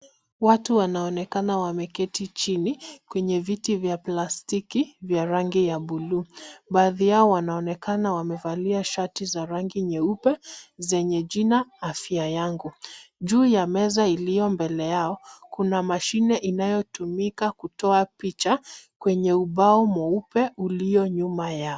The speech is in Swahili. Watu wanaonekana wameketi chini kwenye viti vya plastiki vya rangi ya buluu. Baadhi yao wanaonekana wamevalia shati za rangi nyeupe, zenye jina Afya Yangu. Juu ya meza iliyo mbele yao, kuna mashine anayotumika kutoa picha kwenye ubao mweupe, ulio nyuma yao.